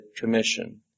commission